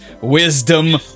wisdom